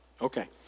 okay